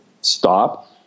stop